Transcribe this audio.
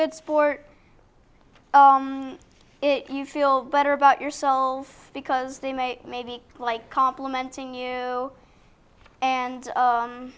good sport if you feel better about yourself because they make maybe like complimenting you and